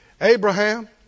Abraham